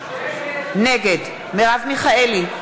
נגד מרב מיכאלי,